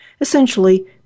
essentially